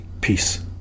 Peace